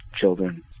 children